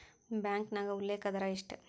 ಬ್ಯಾಂಕ್ನ್ಯಾಗ ಉಲ್ಲೇಖ ದರ ಎಷ್ಟ